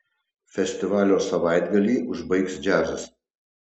festivalio savaitgalį užbaigs džiazas